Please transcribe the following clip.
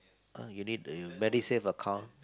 you need the MediSave account